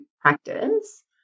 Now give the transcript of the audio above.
practice